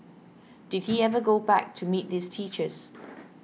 did he ever go back to meet those teachers